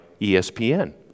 ESPN